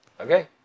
Okay